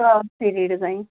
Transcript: heavy design